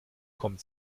kommt